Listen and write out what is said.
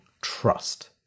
trust